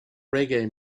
reggae